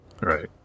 Right